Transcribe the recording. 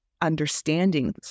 understandings